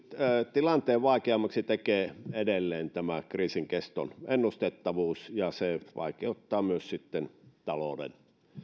tilanteen vaikeammaksi tekee edelleen tämä kriisin keston ennustettavuus ja se vaikeuttaa myös sitten